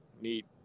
neat